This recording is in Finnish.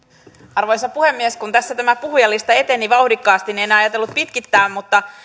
arvoisa puhemies kun tässä tämä puhujalista eteni vauhdikkaasti niin en ajatellut pitkittää mutta